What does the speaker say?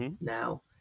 Now